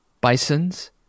Bison's